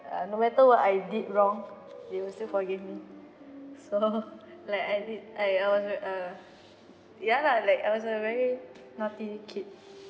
uh no matter what I did wrong they will still forgive me so like I did I I was a ya lah like I was a very naughty kid